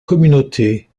communautés